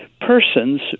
persons